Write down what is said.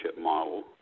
model